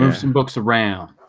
um some books around